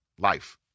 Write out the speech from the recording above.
life